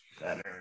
better